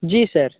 जी sir